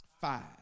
Five